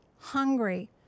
hungry